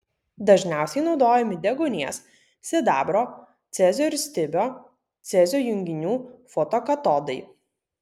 dažniausiai naudojami deguonies sidabro cezio ir stibio cezio junginių fotokatodai